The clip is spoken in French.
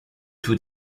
tout